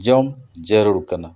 ᱡᱚᱢ ᱡᱟᱹᱨᱩᱲ ᱠᱟᱱᱟ